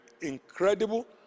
incredible